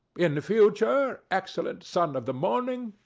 in future, excellent son of the morning,